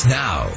now